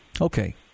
Okay